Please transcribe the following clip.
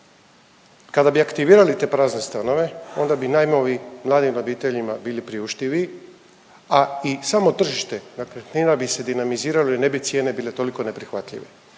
Kada bi aktivirali te prazne stanove onda bi najnoviji mladim obiteljima bili priuštiviji, a i samo tržište dakle nekretnina bi se dinamiziralo i ne bi cijene bile toliko neprihvatljive.